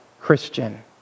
Christian